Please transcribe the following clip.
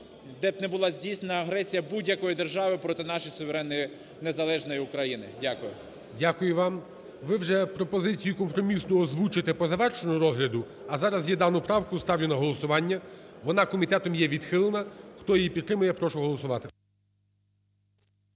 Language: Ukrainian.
де б не була здійснена агресія будь-якої держави проти нашої суверенної незалежної України. Дякую. ГОЛОВУЮЧИЙ. Дякую вам. Ви вже пропозицію компромісну озвучите по завершені розгляду, а зараз я дану правку ставлю на голосування, вона комітетом є відхилена. Хто її підтримає, прошу голосувати.